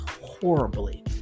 horribly